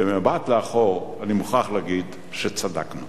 במבט לאחור אני מוכרח להגיד שצדקנו.